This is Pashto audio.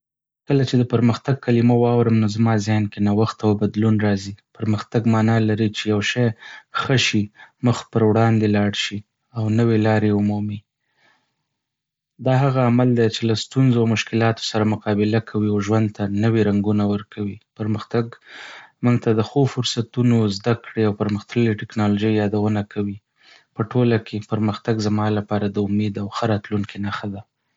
کله چې د "پرمختګ" کلمه واورم، نو زما ذهن کې نوښت او بدلون راځي. پرمختګ معنی لري چې یو شی ښه شي، مخ پر وړاندې ولاړ شي او نوي لارې ومومي. دا هغه عمل دی چې له ستونزو او مشکلاتو سره مقابله کوي او ژوند ته نوې رنګونه ورکوي. پرمختګ موږ ته د ښو فرصتونو، زده کړې او پرمختللې ټیکنالوژۍ یادونه کوي. په ټوله کې، پرمختګ زما لپاره د امید او ښه راتلونکي نښه ده.